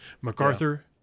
MacArthur